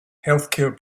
healthcare